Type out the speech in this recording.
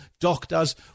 doctors